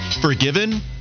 forgiven